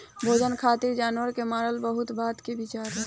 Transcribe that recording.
भोजन खातिर जानवर के मारल बहुत बाद के विचार रहे